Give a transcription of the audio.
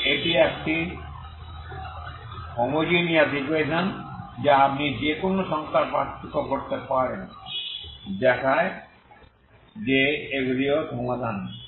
কারণ এটি একটি হোমোজেনিয়াস ইকুয়েশন যা আপনি যে কোন সংখ্যার পার্থক্য করতে পারেন দেখায় যে এগুলিও সমাধান